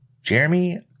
Jeremy